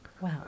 wow